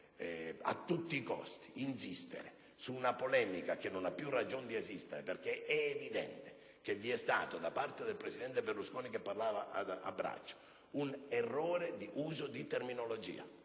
a tutti i costi insistere su una polemica che non ha più ragione di esistere, perché è evidente che da parte del presidente Berlusconi, che parlava a braccio, vi è stato un errore nell'uso della terminologia,